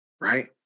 right